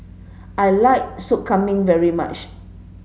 I like Sop Kambing very much